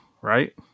right